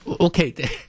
Okay